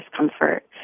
discomfort